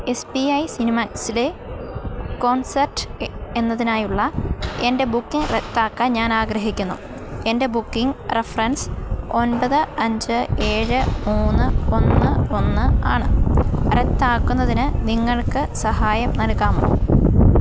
S P I സിനിമാക്സിലേ concert എന്നതിനായുള്ള എൻറ്റെ ബുക്കിങ് റദ്ദാക്കാൻ ഞാൻ ആഗ്രഹിക്കുന്നു എൻറ്റെ ബുക്കിങ് റഫറൻസ് ഒൻപത് അഞ്ച് ഏഴ് മൂന്ന് ഒന്ന് ഒന്ന് ആണ് റദ്ദാക്കുന്നതിന് നിങ്ങൾക്ക് സഹായം നല്കാമോ